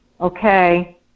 okay